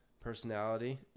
personality